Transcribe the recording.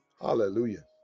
hallelujah